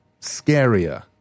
scarier